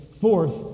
Fourth